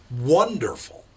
wonderful